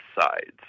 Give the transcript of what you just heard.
sides